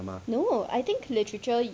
no I think literature